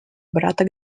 брата